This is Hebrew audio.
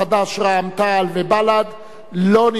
רע"ם-תע"ל ובל"ד לא נתקבלה.